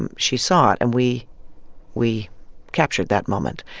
and she saw it. and we we captured that moment.